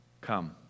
Come